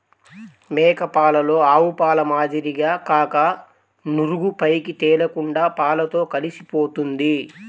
మేక పాలలో ఆవుపాల మాదిరిగా కాక నురుగు పైకి తేలకుండా పాలతో కలిసిపోతుంది